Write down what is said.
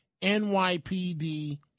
NYPD